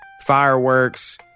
fireworks